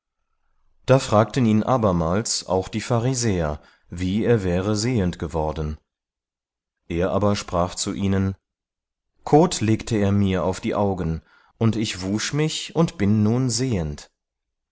da fragten ihn abermals auch die pharisäer wie er wäre sehend geworden er aber sprach zu ihnen kot legte er mir auf die augen und ich wusch mich und bin nun sehend